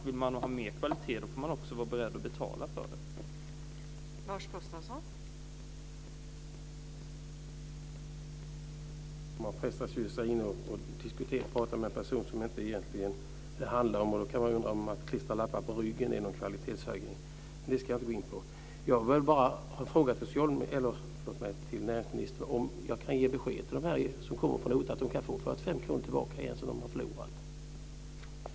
Vill man ha högre kvalitet så får man också vara beredd att betala för den.